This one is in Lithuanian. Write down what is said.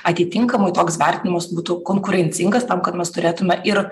atitinkamai toks vertinimas būtų konkurencingas tam kad mes turėtume ir